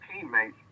teammates